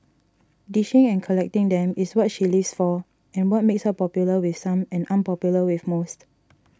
dishing and collecting them is what she lives for and what makes her popular with some and unpopular with most